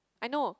I know